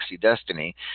Destiny